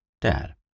Dad